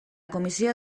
comissió